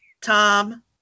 Tom